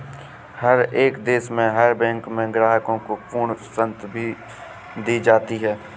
हर एक देश में हर बैंक में ग्राहकों को पूर्ण स्वतन्त्रता भी दी जाती है